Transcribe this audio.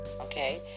Okay